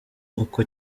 uko